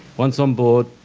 once on board,